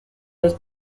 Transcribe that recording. los